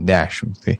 dešimt tai